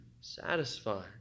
satisfying